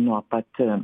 nuo pat